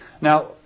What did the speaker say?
Now